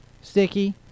Sticky